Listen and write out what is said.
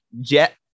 jet